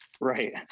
Right